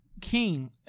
King